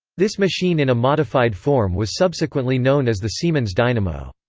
this machine in a modified form was subsequently known as the siemens dynamo.